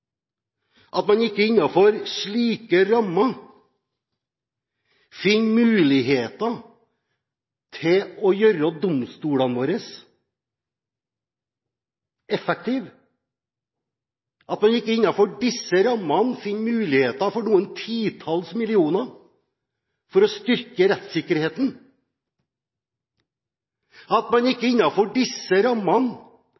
At man ikke innenfor disse rammene finner muligheter til å gjøre domstolene våre effektive, at man ikke innenfor disse rammene finner muligheten for noen titalls millioner for å styrke rettssikkerheten, at man ikke